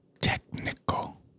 technical